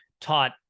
taught